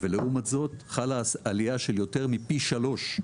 ולעומת זאת חלה עלייה של יותר מפי שלושה